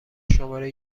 شماره